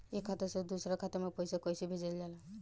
एक खाता से दूसरा खाता में पैसा कइसे भेजल जाला?